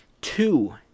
two